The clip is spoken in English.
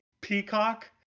Peacock